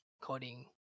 coding